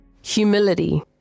Humility